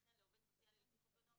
וכן לעובד סוציאלי לפי חוק הנוער